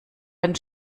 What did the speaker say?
den